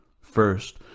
first